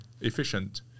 efficient